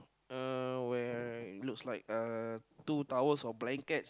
uh where it looks like uh two towels or blankets